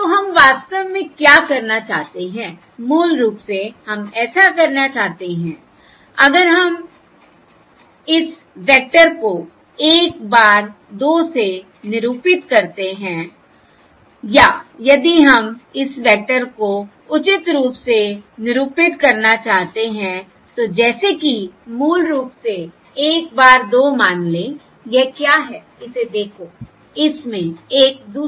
तो हम वास्तव में क्या करना चाहते हैं मूल रूप से हम ऐसा करना चाहते हैं अगर हम इस वेक्टर को 1 bar 2 से निरूपित करते हैं या यदि हम इस वेक्टर को उचित रूप से निरूपित करना चाहते हैं तो जैसे कि मूल रूप से 1 bar 2 मान लें यह क्या है इसे देखो इसमें 1 दूसरे स्थान पर है